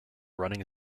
running